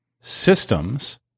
Systems